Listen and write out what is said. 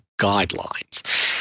guidelines